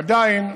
ועדיין,